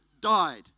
died